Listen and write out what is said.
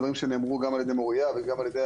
בהמשך לדברים שנאמרו על ידי מוריה ועל ידי